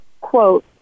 quote